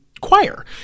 choir